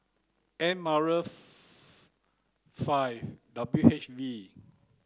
M R five W H V